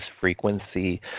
frequency